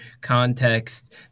context